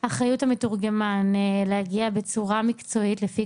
אחריות המתורגמן להגיע בצורה מקצועית לפי